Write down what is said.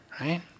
right